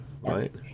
right